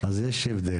אז יש הבדל.